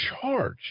charge